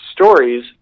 stories